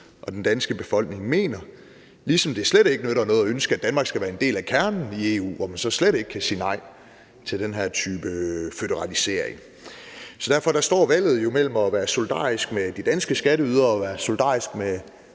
og den danske befolkning mener, ligesom det slet ikke nytter noget at ønske, at Danmark skal være en del af kernen i EU, hvor man så slet ikke kan sige nej til den her type føderalisering. Så derfor står valget jo mellem at være solidarisk med de danske skatteydere og være solidarisk med